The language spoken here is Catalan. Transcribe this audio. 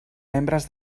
membres